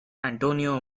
antonio